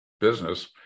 business